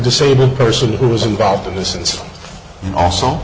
disabled person who was involved in this it's also